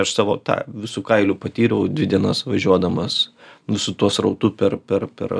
aš savo tą visu kailiu patyriau dvi dienas važiuodamas visu tuo srautu per per per